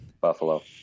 buffalo